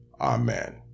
Amen